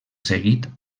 seguit